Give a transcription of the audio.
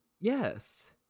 Yes